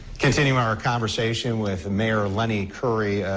continuing our conversation with mayor lny curry,